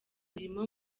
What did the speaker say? mirimo